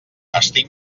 estic